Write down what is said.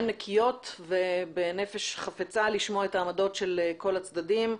נקיות ובנפש חפצה לשמוע את עמדות כל הצדדים.